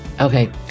okay